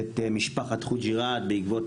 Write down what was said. הלכתי לנחם גם אני את משפחת חוג'יראת בעקבות